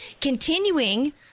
continuing